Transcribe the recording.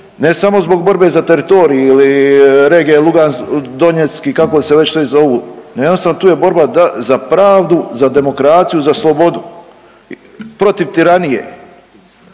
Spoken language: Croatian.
ne samo zbog borbe za teritorij ili regije Lugansk, Donjecki kako se već sve zovu jednostavno tu je borba za pravdu, za demokraciju, za slobodu protiv tiranije.